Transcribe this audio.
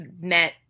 met